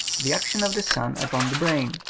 the action of the sun upon the brain,